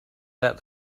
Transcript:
that